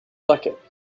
bucket